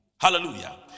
hallelujah